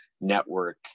network